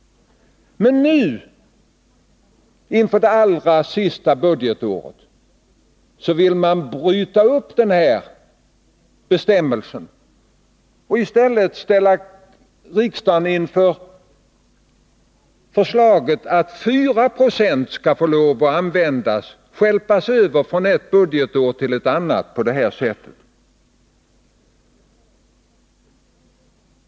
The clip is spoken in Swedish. Men nu, inför det sista budgetår som omfattas av beslutet, vill man bryta upp den här bestämmelsen och ställer riksdagen inför förslaget att 4 26 skall få stjälpas över från ett budgetår till ett annat.